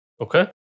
Okay